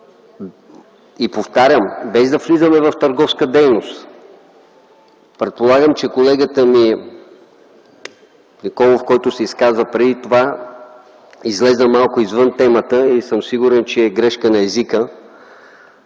и, повтарям, без да влизаме в търговска дейност. Предполагам, че колегата ми Николов, който се изказа преди това, излезе малко извън темата и съм сигурен, че е грешка на езика.